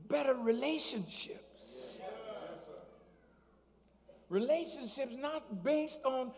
better relationships relationships not based on